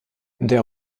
der